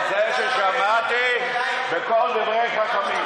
אני שמח על זה ששמעתי בקול דברי חכמים,